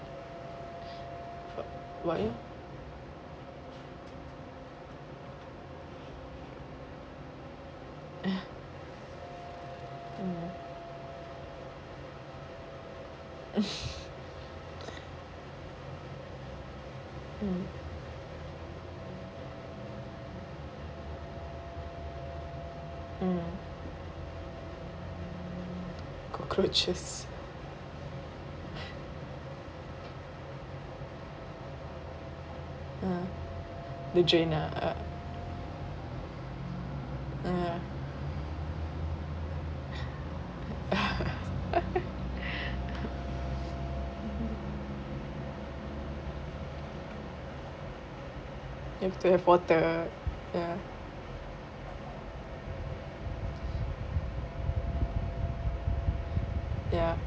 what about you mm mm mm cockroaches uh the drain ah uh you have to have water yeah yeah